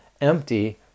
empty